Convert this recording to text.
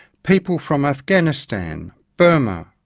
people from afghanistan, burma,